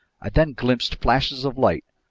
i then glimpsed flashes of light,